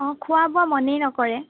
অ খোৱা বোৱা মনেই নকৰে